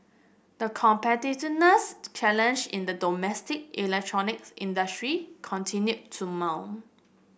the competitiveness challenge in the domestic electronics industry continue to mount